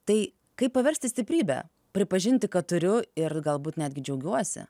tai kaip paversti stiprybe pripažinti kad turiu ir galbūt netgi džiaugiuosi